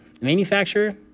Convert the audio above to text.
manufacturer